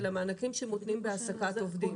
מענקים שמותנים בהעסקת עובדים.